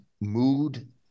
mood